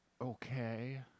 Okay